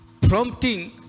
prompting